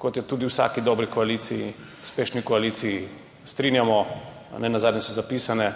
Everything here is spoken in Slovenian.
kot tudi v vsaki dobri koaliciji, uspešni koaliciji, strinjamo, nenazadnje so zapisane,